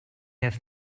have